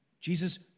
jesus